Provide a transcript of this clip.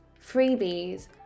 freebies